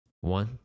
One